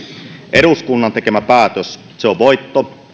eduskunnan tekemä päätös on voitto